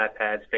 iPads